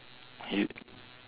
you